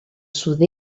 sud